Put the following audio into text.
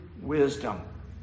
wisdom